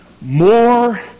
more